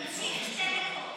תמשיך.